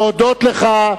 להודות לך.